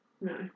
No